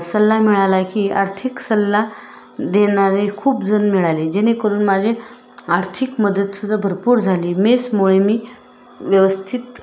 सल्ला मिळाला की आर्थिक सल्ला देणारे खूप जण मिळाले जेणेकरून माझे आर्थिक मदतसुद्धा भरपूर झाली मेसमुळे मी व्यवस्थित